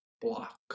block